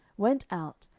went out,